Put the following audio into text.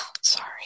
sorry